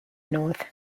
north